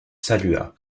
salua